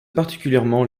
particulièrement